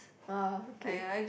ah okay